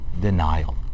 denial